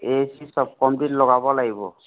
এ চি চব কমপ্লিট লগাব লাগিব